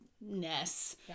ness